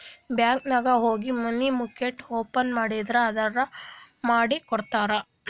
bank ನಾಗ್ ಹೋಗಿ money market open ಮಾಡ್ರಿ ಅಂದುರ್ ಮಾಡಿ ಕೊಡ್ತಾರ್